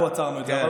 אנחנו עצרנו את זה.